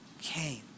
came